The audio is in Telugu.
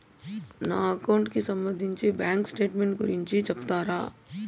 నా అకౌంట్ కి సంబంధించి బ్యాంకు స్టేట్మెంట్ గురించి సెప్తారా